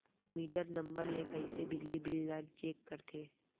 Metre number ले कइसे बिजली बिल ल चेक करथे?